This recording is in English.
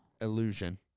Illusion